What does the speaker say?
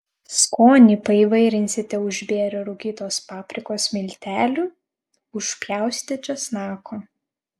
skonį paįvairinsite užbėrę rūkytos paprikos miltelių užpjaustę česnako